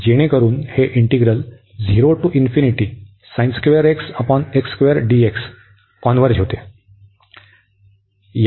तर जेणेकरून हे इंटीग्रल कॉन्व्हर्ज होते